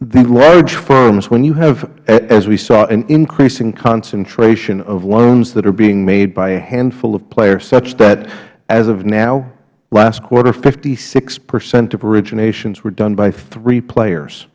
the large firms when you have as we saw an increasing concentration of loans that are being made by a handful of players such that as of now last quarter fifty six percent of originations were done by three players